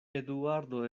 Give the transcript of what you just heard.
eduardo